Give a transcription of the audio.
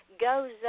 goes